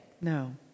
No